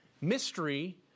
mystery